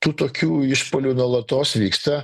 tų tokių išpuolių nuolatos vyksta